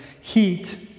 heat